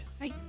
Hi